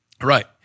Right